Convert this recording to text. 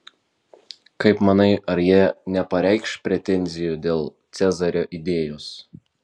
kaip manai ar jie nepareikš pretenzijų dėl cezario idėjos